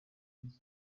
umunsi